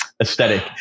aesthetic